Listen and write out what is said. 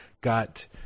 got